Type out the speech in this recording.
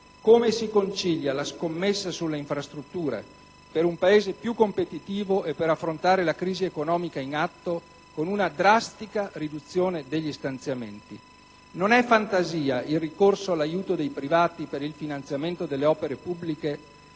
come si concilia la scommessa sulle infrastrutture, per un Paese più competitivo e per affrontare la crisi economica in atto, con una drastica riduzione degli stanziamenti? Non è fantasia il ricorso all'aiuto dei privati per il finanziamento delle opere pubbliche